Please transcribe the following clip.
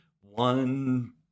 one